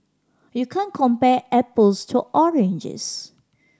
you can't compare apples to oranges